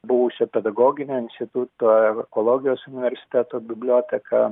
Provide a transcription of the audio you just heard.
buvusio pedagoginio instituto ekologijos universiteto biblioteka